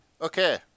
Okay